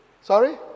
Sorry